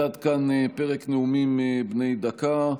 עד כאן פרק נאומים בני דקה.